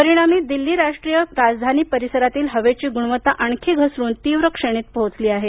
परिणाम दिल्ली राष्ट्रीय राजधानी परिसरातील हवेची गुणवत्ता आणखी घसरुन तीव्र श्रेणीत पोहोचली आहे